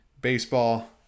baseball